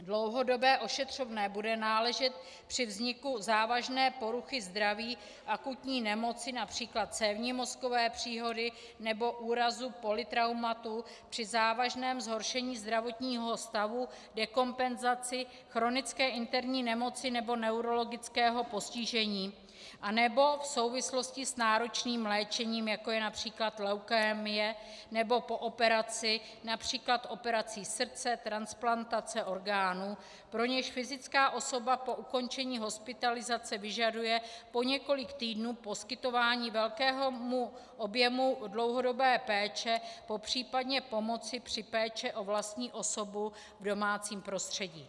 Dlouhodobé ošetřovné bude náležet při vzniku závažné poruchy zdraví, akutní nemoci, například cévní mozkové příhody nebo úrazu polytraumatu, při závažném zhoršení zdravotního stavu, dekompenzaci, chronické interní nemoci nebo neurologického postižení, anebo v souvislosti s náročným léčením, jako je například leukémie, nebo po operaci, například operací srdce, transplantace orgánů, pro něž fyzická osoba po ukončení hospitalizace vyžaduje po několik týdnů poskytování velkého objemu dlouhodobé péče, popřípadě pomoci při péči o vlastní osobu v domácím prostředí.